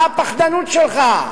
מה הפחדנות שלך?